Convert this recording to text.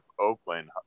oakland